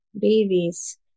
babies